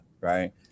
right